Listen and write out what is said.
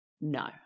no